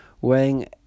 weighing